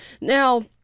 now